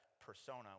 persona